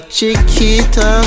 Chiquita